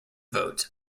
votes